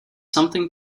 something